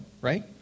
Right